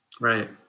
Right